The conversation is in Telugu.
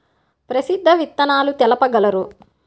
ప్రసిద్ధ విత్తనాలు తెలుపగలరు?